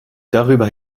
darüber